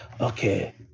okay